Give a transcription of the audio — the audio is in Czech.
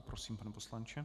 Prosím, pane poslanče.